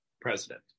president